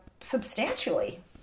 substantially